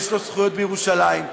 ויש לו זכויות בירושלים.